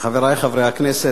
חברי חברי הכנסת,